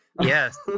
Yes